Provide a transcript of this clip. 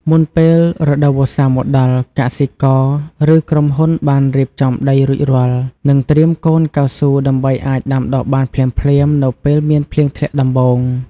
មុនពេលរដូវវស្សាមកដល់ កសិករ ឬក្រុមហ៊ុនបានរៀបចំដីរួចរាល់ហើយ និងត្រៀមកូនកៅស៊ូ ដើម្បីអាចដាំដុះបានភ្លាមៗនៅពេលមានភ្លៀងធ្លាក់ដំបូង។